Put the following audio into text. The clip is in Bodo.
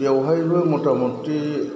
बेयावहायबो मथा मथि